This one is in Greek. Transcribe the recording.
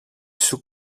σου